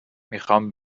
میخام